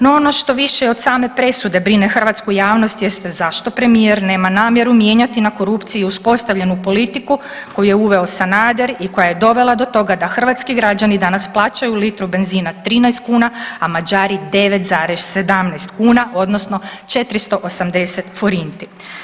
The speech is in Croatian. No ono što više od same presude brine hrvatsku javnost jeste zašto premijer nema namjeru mijenjati na korupciji uspostavljenu politiku koju je uveo Sanader i koja je dovela do toga da hrvatski građani danas plaćaju litru benzina 13 kuna, a Mađari 9,17 kuna odnosno 480 forinti.